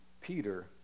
Peter